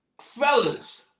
fellas